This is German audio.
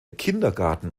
kindergarten